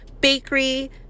bakery